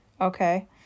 Okay